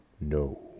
no